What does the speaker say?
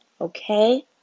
Okay